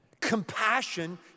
compassion